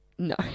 No